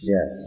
Yes